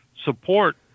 support